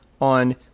on